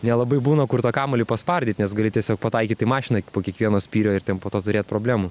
nelabai būna kur tą kamuolį paspardyt nes gali tiesiog pataikyt į mašiną po kiekvieno spyrio ir ten po to turėt problemų